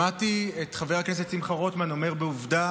שמעתי את חבר הכנסת שמחה רוטמן אומר בעובדה